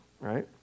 right